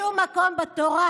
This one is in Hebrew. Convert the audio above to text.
בשום מקום בתורה